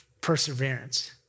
perseverance